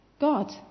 God